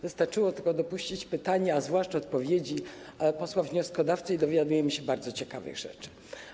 Wystarczyło tylko dopuścić pytania, a zwłaszcza odpowiedzi posła wnioskodawcy i dowiadujemy się bardzo ciekawych rzeczy.